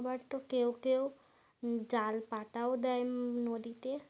আবার তো কেউ কেউ জাল পাটাও দেয় নদীতে